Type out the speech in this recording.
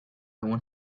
want